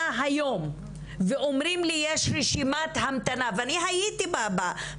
יום ואומרים לי שיש רשימת המתנה ואין